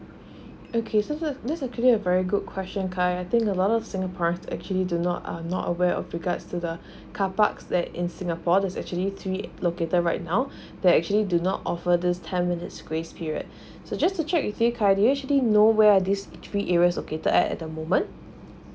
okay so this this is actually a very good question khai I think a lot of singaporeans actually do not um not aware of regards to the carparks that in singapore there's actually three located right now that actually do not offer this ten minutes grace period so just to check with you khairi do you actually know where are these three areas located at the moment